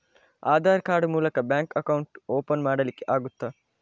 Aadhaar card ಮೂಲಕ bank account open ಮಾಡಲಿಕ್ಕೆ ಆಗುತಾ?